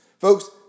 Folks